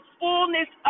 fullness